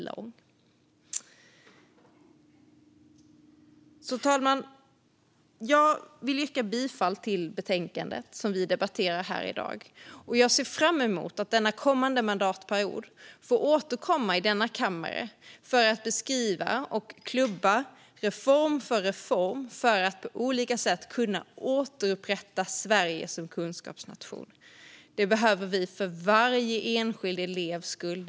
Fru talman! Jag vill yrka bifall till utskottets förslag i det betänkande som vi nu debatterar. Jag ser fram emot att under mandatperioden få återkomma i denna kammare för att beskriva och klubba igenom reform för reform för att på olika sätt återupprätta Sverige som kunskapsnation. Det behöver vi för varje enskild elevs skull.